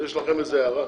יש לכם הערה?